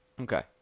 okay